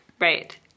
Right